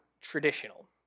traditional